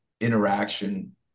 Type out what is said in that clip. interaction